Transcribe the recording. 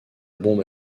bombe